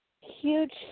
huge